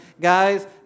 guys